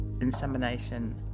insemination